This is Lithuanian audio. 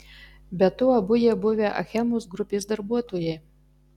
be to abu jie buvę achemos grupės darbuotojai